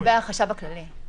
לגבי החשב הכללי.